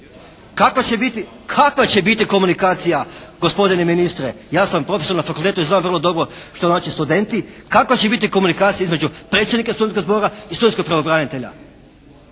Kakva će biti komunikacija gospodine ministre? Ja sam profesor na fakultetu i znam vrlo dobro što znače studenti. Kakva će biti komunikacija između predsjednika studentskog zbora i studentskog pravobranitelja?